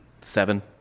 Seven